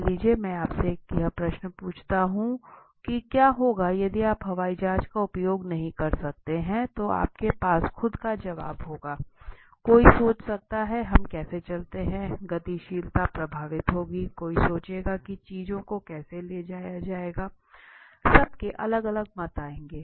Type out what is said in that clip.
मान लीजिए मैं आपसे यह प्रश्न पूछता हूं कि क्या होगा यदि आप हवाई जहाज का उपयोग नहीं कर सकते हैं तो आपके पास खुद का जवाब होगा कोई सोच सकता है हम कैसे चलते हैं गतिशीलता प्रभावित होंगी कोई सोचेगा कि चीजों को कैसे ले जाया जाएगा सबके अलग अलग मत आएंगे